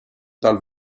dal